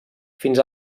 fins